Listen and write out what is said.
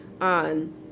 on